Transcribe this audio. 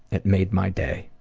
it made my day.